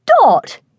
Dot